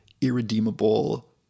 irredeemable